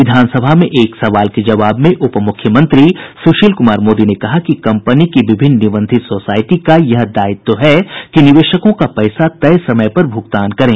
विधानसभा में एक सवाल के जबाव में उपमुख्यमंत्री सुशील कुमार मोदी ने कहा कि कंपनी की विभिन्न निबंधित सोसायटी का यह दायित्व है कि निवेशकों का पैसा तय समय पर भ्रगतान करें